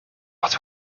wat